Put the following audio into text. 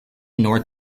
north